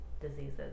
diseases